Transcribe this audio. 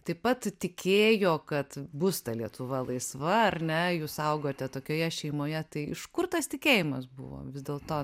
taip pat tikėjo kad bus ta lietuva laisva ar ne jūs augote tokioje šeimoje tai iš kur tas tikėjimas buvo vis dėlto